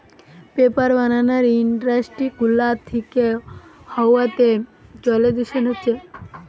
paper বানানার industry গুলা থিকে হাওয়াতে জলে দূষণ হচ্ছে